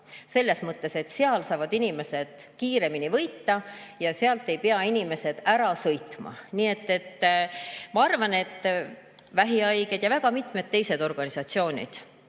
Selles mõttes, et seal saavad inimesed kiiremini võita ja sealt ei pea inimesed ära sõitma. Nii et ma arvan, et vähihaiged ja väga mitmed teised organisatsioonid